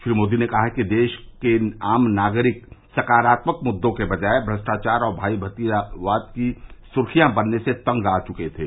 श्री मोदी ने कहा है कि देश के आम नागरिक सकारात्मक मुद्दों के बजाय भ्रष्टाचार और भाई भतीजावाद की सुर्खियां बनने से तंग आ चुके थे